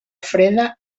freda